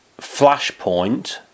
Flashpoint